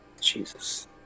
Jesus